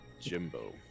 Jimbo